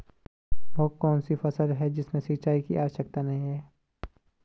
वह कौन कौन सी फसलें हैं जिनमें सिंचाई की आवश्यकता नहीं है?